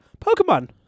pokemon